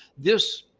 this